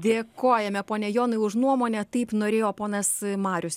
dėkojame pone jonai už nuomonę taip norėjo ponas marius